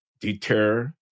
deter